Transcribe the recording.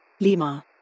Lima